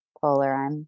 Polar